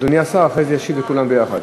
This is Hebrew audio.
אדוני השר ישיב אחר כך לכולם יחד,